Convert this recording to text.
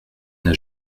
n’a